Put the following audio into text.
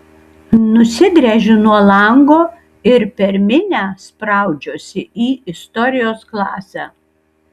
nusigręžiu nuo lango ir per minią spraudžiuosi į istorijos klasę